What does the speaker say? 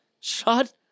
Shut